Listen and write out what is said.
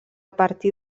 partir